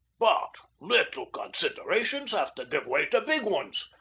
but little considerations have to give way to big ones.